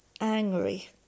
angry